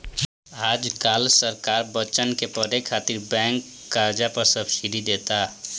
आज काल्ह सरकार बच्चन के पढ़े खातिर बैंक कर्जा पर सब्सिडी देता